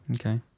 okay